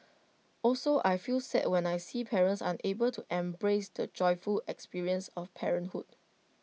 also I feel sad when I see parents unable to embrace the joyful experience of parenthood